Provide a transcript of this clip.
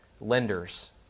lenders